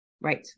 Right